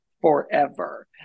forever